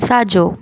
साॼो